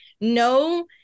no